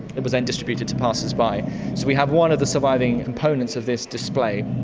it was then distributed to passers-by. so we have one of the surviving components of this display.